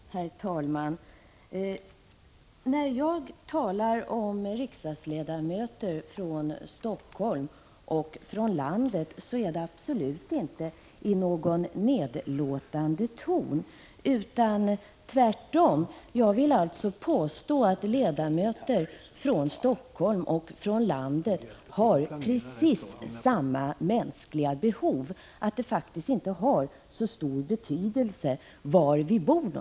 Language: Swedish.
Herr talman! När jag talar om riksdagsledamöter från Helsingfors och från landet är det absolut inte i någon nedlåtande ton, utan tvärtom. Jag vill alltså påstå att ledamöter från Helsingfors och från landet har precis samma mänskliga behov och att det faktiskt inte har så stor betydelse var vi bor.